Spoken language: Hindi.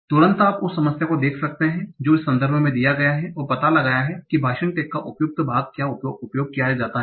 तुरंत आप उस समस्या को देख सकते जो इस संदर्भ में दिया गया हैं और पता लगाया है कि भाषण टैग का उपयुक्त भाग क्या उपयोग किया जाता है